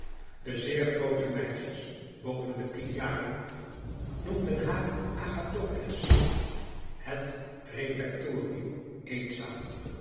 de zeer groote meisjes boven de tien jaren noemden haar agathoclès het refectorium eetzaal